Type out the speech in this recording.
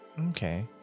Okay